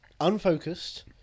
unfocused